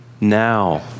now